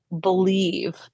believe